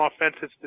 offensive